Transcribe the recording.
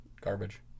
garbage